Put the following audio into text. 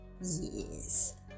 yes